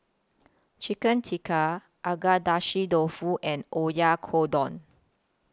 Chicken Tikka Agedashi Dofu and Oyakodon